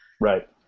Right